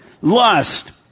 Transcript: lust